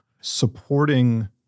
Supporting